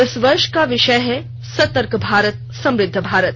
इस वर्ष का विषय है सतर्क भारत समुद्ध भारत